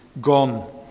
gone